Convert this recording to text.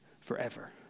forever